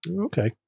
okay